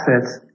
assets